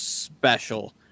special